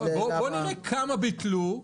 בואו נראה כמה ביטלו,